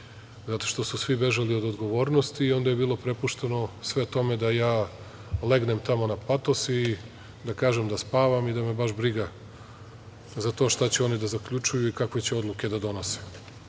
zato što su svi bežali od odgovornosti i onda je bilo prepušteno sve tome da ja legnem tamo na patos i da kažem da spavam i da me baš briga za to što će oni da zaključuju i kakve će odluke da donose,